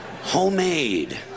Homemade